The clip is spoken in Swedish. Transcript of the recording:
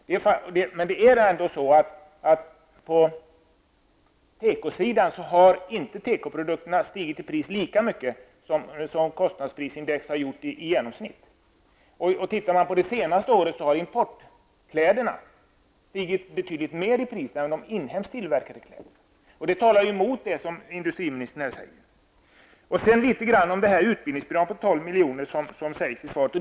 Det är ändå så att tekoprodukterna inte har stigit lika mycket i pris som kostnadsprisindex har gjort i genomsnitt. Under det senaste året har importkläderna stigit betydligt mer i pris än de inhemskt tillverkade kläderna, och detta talar emot vad industriministern säger. Sedan vill jag säga några ord om det utbildningsbidrag på 12 miljoner som nämns i svaret.